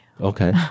Okay